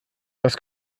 das